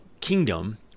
kingdom